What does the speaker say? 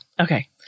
Okay